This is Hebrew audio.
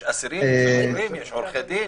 יש אסירים, יש עורכי דין.